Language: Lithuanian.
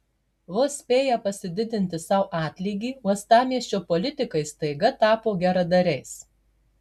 vos spėję pasididinti sau atlygį uostamiesčio politikai staiga tapo geradariais